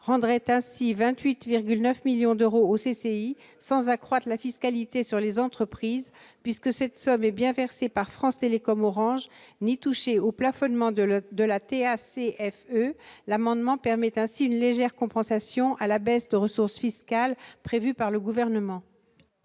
rendrait ainsi 28,9 millions d'euros aux CCI sans accroître la fiscalité sur les entreprises, puisque cette somme est bien versée par France Télécom-Orange, et sans toucher au plafonnement de la TACFE. L'amendement permet ainsi de compenser légèrement la baisse de ressources fiscales prévue par le Gouvernement.